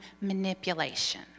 manipulation